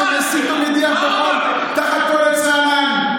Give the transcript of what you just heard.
שמסית ומדיח תחת כל עץ רענן.